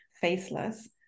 faceless